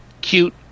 cute